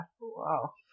Wow